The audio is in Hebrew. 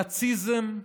הנאציזם,